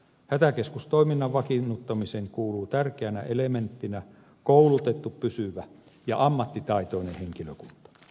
hätäkeskustoiminnan vakiinnuttamiseen kuuluu tärkeänä elementtinä koulutettu pysyvä ja ammattitaitoinen henkilökunta